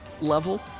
level